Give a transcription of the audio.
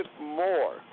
more